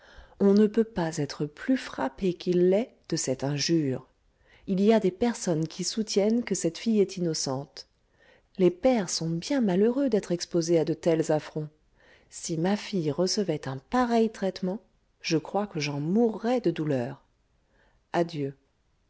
on ne peut pas être plus frappé qu'il l'est de cette injure il y a des personnes qui soutiennent que cette fille est innocente les pères sont bien malheureux d'être exposés à de tels affronts si pareil traitement